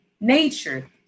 nature